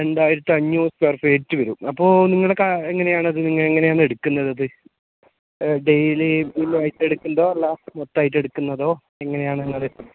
രണ്ടായിരത്തഞ്ഞൂർ square feet വരും അപ്പോൾ നിങ്ങളെ എങ്ങനെയാണത് നിങ്ങൾ എങ്ങനെയാണ് എടുക്കുന്നത് ഡെയിലി ഫുള്ളായിട്ടെടുക്കുന്നതോ എല്ലാ മൊത്തമായിട്ടെടുക്കുന്നതോ എങ്ങനെയാണ് നിങ്ങൾ അത്